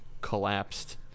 collapsed